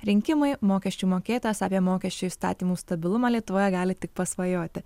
rinkimai mokesčių mokėtojas apie mokesčių įstatymų stabilumą lietuvoje gali tik pasvajoti